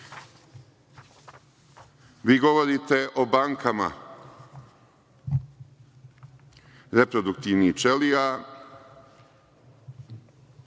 Vi govorite o bankama reproduktivnih ćelija,